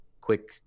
quick